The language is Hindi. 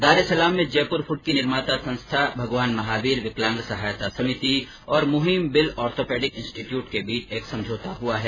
दार ए सलाम में जयपुर फूट की निर्माता संस्था भगवान महावीर विकलांग सहायता समिति और मुहिम बिल आर्थोपेडिक इंस्टीट्यूट के बीच एक समझौता हुआ है